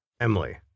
Emily